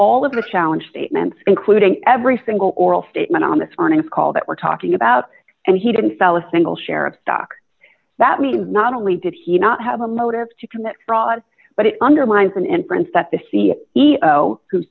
of the challenge statements including every single oral statement on this morning's call that we're talking about and he didn't sell a single share of stock that means not only did he not have a motive to commit fraud but it undermines an inference that the c e o who